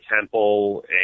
Temple